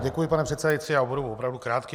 Děkuji, pane předsedající, budu opravdu krátký.